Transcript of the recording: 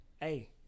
Hey